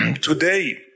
today